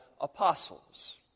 apostles